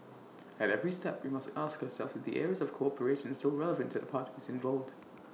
at every step we must ask ourselves the areas of cooperation still relevant to the parties involved